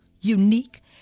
unique